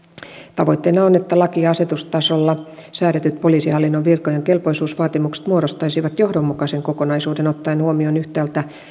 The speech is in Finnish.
tavoitteena on että laki ja asetustasolla säädetyt poliisihallinnon virkojen kelpoisuusvaatimukset muodostaisivat johdonmukaisen kokonaisuuden ottaen huomioon yhtäältä